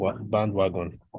bandwagon